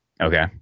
Okay